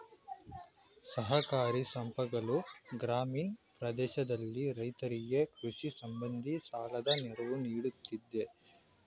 ಸಹಕಾರಿ ಸಂಘಗಳು ಗ್ರಾಮೀಣ ಪ್ರದೇಶದಲ್ಲಿ ರೈತರಿಗೆ ಕೃಷಿ ಸಂಬಂಧಿ ಸಾಲದ ನೆರವು ನೀಡುತ್ತಿದೆ